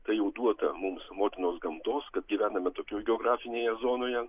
tai jau duota mums motinos gamtos kad gyvename tokioj geografinėje zonoje